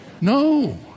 No